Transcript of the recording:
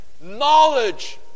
knowledge